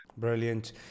Brilliant